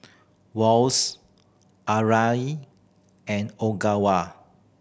Wall's Arai and Ogawa